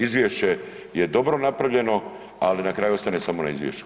Izvješće je dobro napravljeno ali na kraju ostane samo na izvješću.